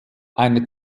eine